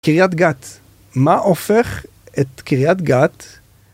קרית גת. מה הופך את קרית גת...?